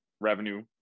revenue